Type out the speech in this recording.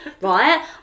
right